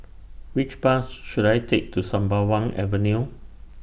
Which Bus should I Take to Sembawang Avenue